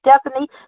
Stephanie